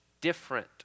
different